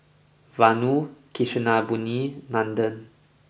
Vanu Kasinadhuni Nandan